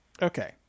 Okay